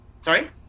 Sorry